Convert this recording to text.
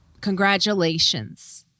congratulations